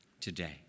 today